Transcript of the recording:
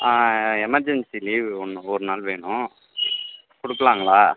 emergency leave ஒன்று ஒருநாள் வேணும் கொடுக்குலாங்களா